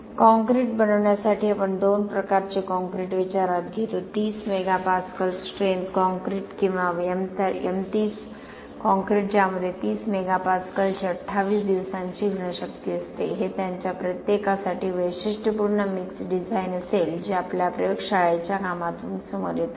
concrete बनवण्यासाठी आपण दोन प्रकारचे काँक्रीट विचारात घेतो 30 मेगा पास्कल स्ट्रेंथ कॉंक्रिट किंवा M30 कॉंक्रिट ज्यामध्ये 30 मेगा पास्कलची 28 दिवसांची घन शक्ती असते हे त्यांच्या प्रत्येकासाठी वैशिष्ट्यपूर्ण मिक्स डिझाइन असेल जे आमच्या प्रयोगशाळेच्या कामातून समोर येत आहे